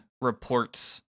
reports